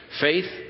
Faith